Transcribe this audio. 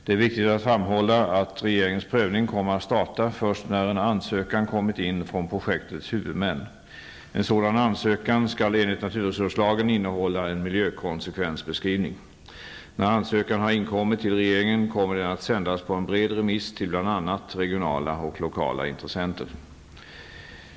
Det är viktigt att framhålla att regeringens prövning kommer att starta först när en ansökan kommit in från projektets huvudmän. En sådan ansökan skall enligt naturresurslagen innehålla en miljökonsekvensbeskrivning. När ansökan har inkommit till regeringen kommer den att sändas på en bred remiss till bl.a. regionala och lokala intressenter.